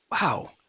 Wow